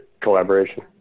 collaboration